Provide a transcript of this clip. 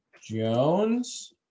Jones